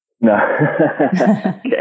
No